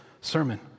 sermon